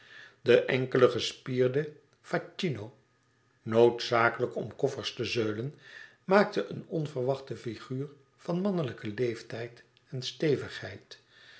de enkele gespierde facchino noodzakelijk om koffers te zeulen maakte een onverwachte figuur van mannelijken leeftijd en stevigheid